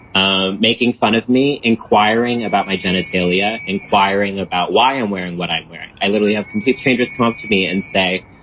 ah making fun of me, inquiring about my genitalia, inquiring about why i'm wearing what i'm wearing. i literally have complete strangers come up to me and say,